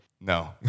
No